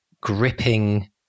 gripping